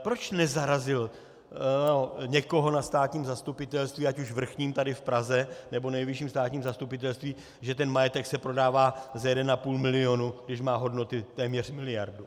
Proč nezarazilo někoho na státním zastupitelství, ať už vrchním tady v Praze, nebo Nejvyšším státním zastupitelství, že ten majetek se prodává za 1,5 milionu, když má hodnotu téměř miliardu?